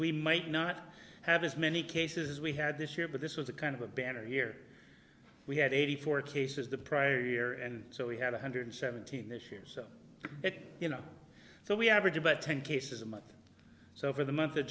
we might not have as many cases we had this year but this was a kind of a banner year we had eighty four chases the prior year and so we had one hundred seventeen this year's it you know so we average about ten cases a month or so over the month of